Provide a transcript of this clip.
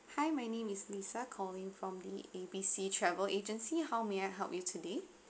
hi my name is lisa calling from the A B C travel agency how may I help you today